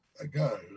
ago